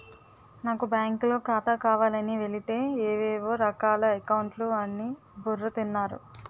నాకు బాంకులో ఖాతా కావాలని వెలితే ఏవేవో రకాల అకౌంట్లు అని బుర్ర తిన్నారు